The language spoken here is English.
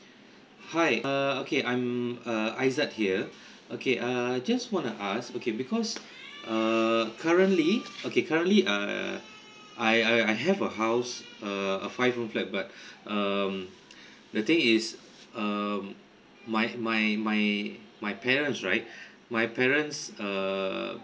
hi uh okay I'm uh aizat here okay uh I just want to ask okay because err currently okay currently err I I I have a house a a five room flat but um the thing is um my my my my parents right my parents err